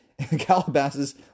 Calabasas